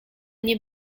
nie